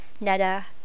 nada